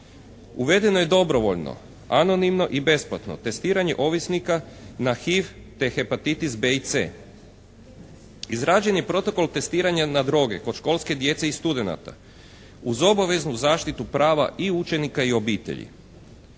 Uvedeno je dobrovoljno, anonimno i besplatno testiranje ovisnika na HIV te hepatitis-B i C. Izrađen je protokol testiranja na droge kod školske djece i studenata uz obavezu zaštitu prava i učenika i obitelji.